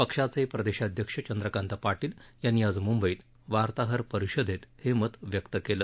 पक्षाचे प्रदेशाध्यक्ष चंद्रकांत पाटील यांनी आज मुंबईत वार्ताहर परिषदेत हे मत व्यक्त केलं